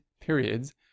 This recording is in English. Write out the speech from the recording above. periods